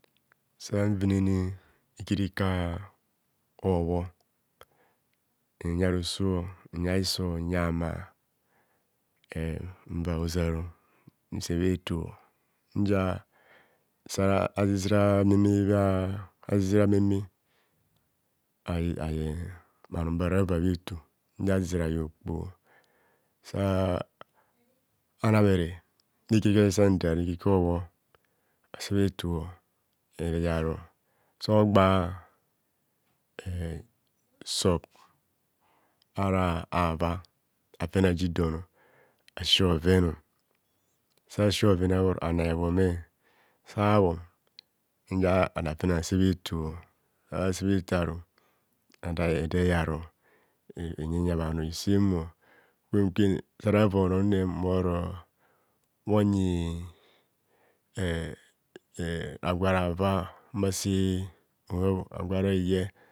Savinne ikarika obho nyaroso nya hiso nya ama em mmva hozaro nse bhaeto nzia sazizira ameme bhaa azizira ameme aye aye bhano bara va bha eto nzia azizia aye okpoho saa anabhere ikarika jansantare ikarika obho asebha eto ayaaro sogbaa ehh sub ara ava afene ajidono asi bhoven sasibhoven abhoro ana hebhome, sabhom nzia ada fenne asa bheto sa sebhe to aru ada ya ede yaro enyeyia bhano esenmo benben sara va ono nmem bhoro bhoyiii eh eh ragwa rava mmase hab agwo aro eye